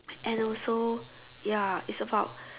and also ya it's about